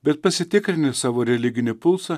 bet pasitikrinti savo religinį pulsą